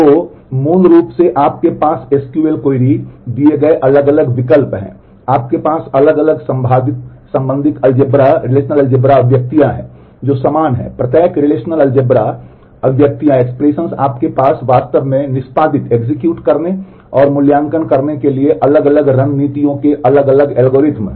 तो मूल रूप से आपके पास एसक्यूएल क्वेरी करने और मूल्यांकन करने के लिए अलग अलग रणनीतियों के अलग अलग एल्गोरिदम हैं